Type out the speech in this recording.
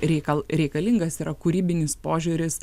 reikal reikalingas yra kūrybinis požiūris